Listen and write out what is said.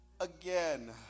again